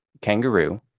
kangaroo